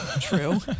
True